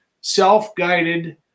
self-guided